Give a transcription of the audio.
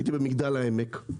הייתי במגדל העמק,